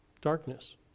Darkness